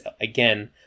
again